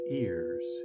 ears